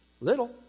Little